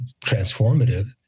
transformative